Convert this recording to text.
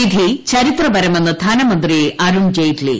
വിധി ചരിത്രപരമെന്ന് ധനമന്ത്രി അരുൺജെയ്റ്റ്ലി